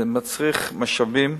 מצריכים משאבים,